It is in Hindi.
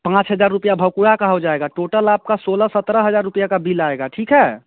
पाँच हज़ार रुपये भाकुड़ का हो जाएगा टोटल आपका सोलह सत्रह हज़ार रुपये की बिल आएगी ठीक है